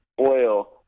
oil